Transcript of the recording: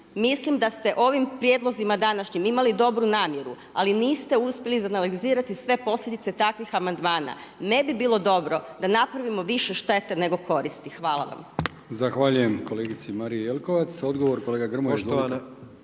mislim da ste ovim prijedlozima današnjim imali dobru namjeru ali niste uspjeli izanalizirati sve posljedice takvih amandmana. Ne bi bilo dobro da napravimo više štete nego koristi. Hvala vam.